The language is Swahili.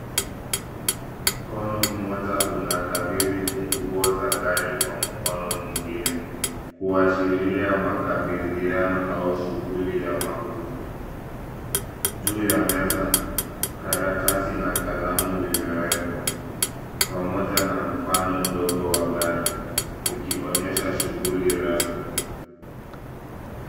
Mkono mmoja unakabidhi funguo za gari kwa mkono mwingine, kuashiria makabidhiano au shughuli ya mauzo. Juu ya meza, karatasi na kalamu vimewekwa pamoja na mfano mdogo wa gari vikionyesha shughuli rasmi.